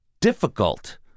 difficult